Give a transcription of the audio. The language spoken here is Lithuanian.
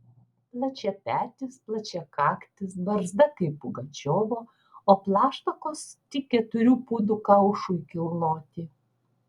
plačiapetis plačiakaktis barzda kaip pugačiovo o plaštakos tik keturių pūdų kaušui kilnoti